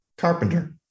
carpenter